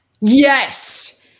Yes